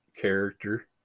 character